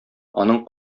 аның